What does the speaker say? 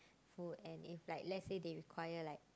food and if like let's say they required like